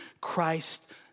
Christ